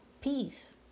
peace